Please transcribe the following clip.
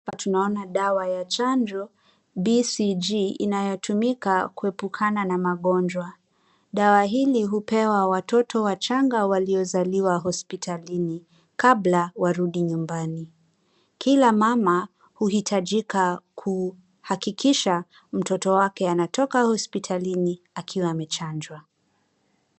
Hapa tunaona dawa ya chanjo. BCG inayotumika kuepukana na magonjwa. Dawa hili hupewa watoto wachanga waliozaliwa hospitalini kabla warudi nyumbani. Kila mama huhitajika kuhakikisha mtoto wake anatoka hospitalini akiwa amechanjwa.